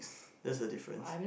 that's the difference